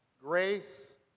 grace